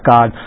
God